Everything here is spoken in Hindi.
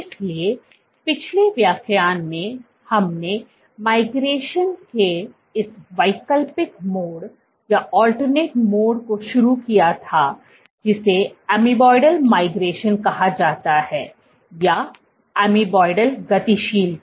इसलिए पिछले व्याख्यान में हमने माइग्रेशन के इस वैकल्पिक मोड को शुरू किया था जिसे एमोइबाइडल माइग्रेशन कहा जाता है या एमोइबाइडल गतिशीलता